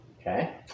Okay